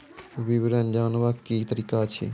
विवरण जानवाक की तरीका अछि?